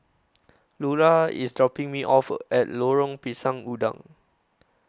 Lular IS dropping Me off At Lorong Pisang Udang